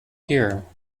here